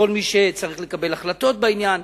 כל מי שצריך לקבל החלטות בעניין,